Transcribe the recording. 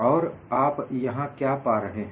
और आप यहां पर क्या पा रहे हैं